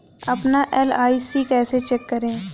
अपना एल.आई.सी कैसे चेक करें?